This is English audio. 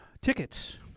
Tickets